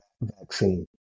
vaccine